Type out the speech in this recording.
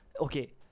okay